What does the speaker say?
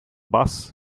bus